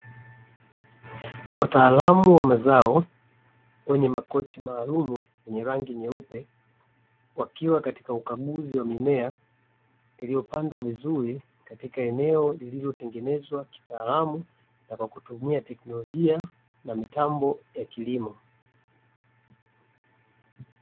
Wataalamu wa mazao wenye makoti maalumu yenye rangi nyeupe, wakiwa katika ukaguzi wa mimea iliyopandwa vizuri katika eneo lililotengenezwa kitaalamu na kwa kutumia teknolojia na mitambo ya kilimo.